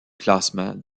classement